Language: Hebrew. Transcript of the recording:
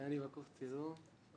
אני בקורס צילום.